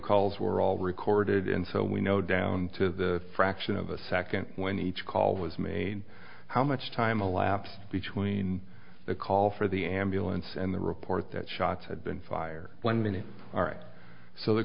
calls were all recorded and so we know down to the fraction of a second when each call was made how much time elapsed between the call for the ambulance and the report that shots had been fired one minute all right so the